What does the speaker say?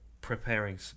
preparing